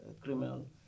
criminal